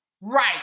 right